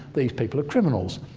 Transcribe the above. these people are criminals,